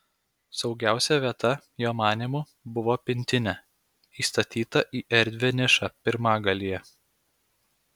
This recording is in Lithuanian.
saugiausia vieta jo manymu buvo pintinė įstatyta į erdvią nišą pirmagalyje